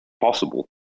possible